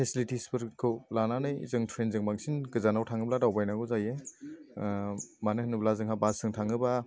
फेसिलिटिसफोरखौ लानानै जों ट्रेनजों बांसिन गोजानाव थाङोब्ला दावबायनांगौ जायो मानोहोनोब्ला जोङो बासजों थाङोब्ला